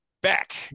back